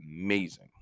amazing